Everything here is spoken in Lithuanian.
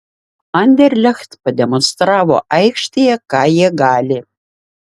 anderlecht pademonstravo aikštėje ką jie gali